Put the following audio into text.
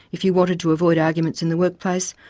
if you wanted to avoid arguments in the workplace,